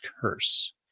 Curse